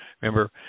Remember